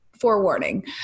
forewarning